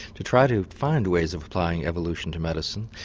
to try to find ways of applying evolution to medicine.